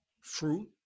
fruit